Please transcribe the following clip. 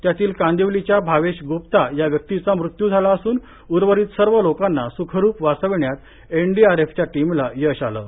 त्यातील कांदिवली च्या भावेश गुप्ता या व्यक्ती चा मृत्यू झाला असून उर्वरित सर्व लोकांना सुखरूप वाचविण्यात एनडीआरएफ च्या टीम ला यश आलं आहे